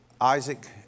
Isaac